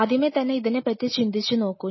ആദ്യമേ തന്നെ ഇതിനെപ്പറ്റി ചിന്തിച്ചു നോക്കൂ